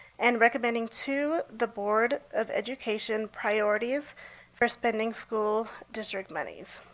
and recommending to the board of education priorities for spending school district moneys.